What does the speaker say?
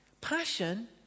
Passion